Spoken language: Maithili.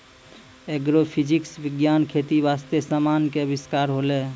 एग्रोफिजिक्स विज्ञान खेती बास्ते समान के अविष्कार होलै